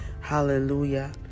hallelujah